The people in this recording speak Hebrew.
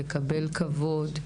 לקבל כבוד,